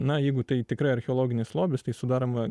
na jeigu tai tikrai archeologinis lobis tai sudaroma